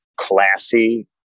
classy